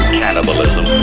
cannibalism